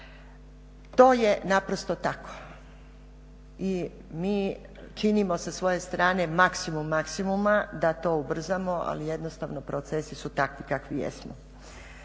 To je naprosto tako i mi činimo sa svoje strane maksimum maksimuma da to ubrzamo, ali jednostavno procesi su takvi kakvi jesu.